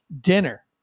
dinner